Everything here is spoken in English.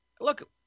look